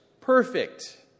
perfect